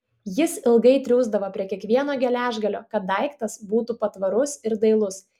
jis ilgai triūsdavo prie kiekvieno geležgalio kad daiktas būtų patvarus ir dailus